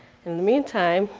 in the meantime,